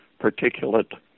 particulate